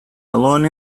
alone